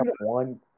one